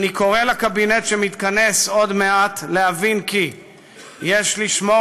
אני קורא לקבינט שמתכנס עוד מעט להבין כי יש לשמור